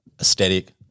aesthetic